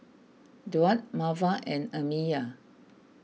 Duard Marva and Amiya